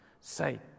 say